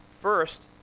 First